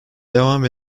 devam